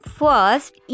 first